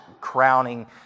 crowning